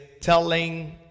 telling